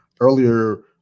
earlier